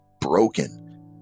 broken